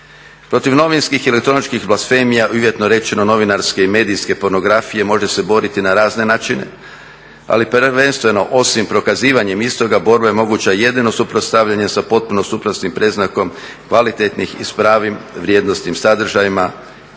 Protiv novinskih i elektroničkih … rečeno novinarske i medijske pornografije može se boriti na razne načine, ali prvenstveno osim … istoga borba je moguća jedina suprotstavljanjem sa potpuno suprotnim predznakom kvalitetnih i s pravim vrijednosnim sadržajima